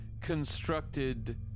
constructed